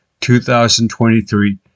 2023